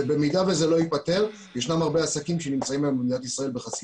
במידה שזה לא ייפתר ישנם הרבה עסקים שנמצאים היום במדינת ישראל בחשיפה.